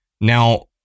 Now